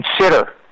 consider